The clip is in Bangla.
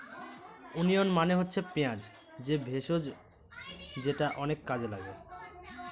ওনিয়ন মানে হচ্ছে পেঁয়াজ যে ভেষজ যেটা অনেক কাজে লাগে